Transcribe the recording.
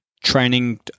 Training